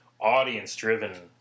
audience-driven